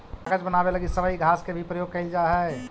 कागज बनावे लगी सबई घास के भी प्रयोग कईल जा हई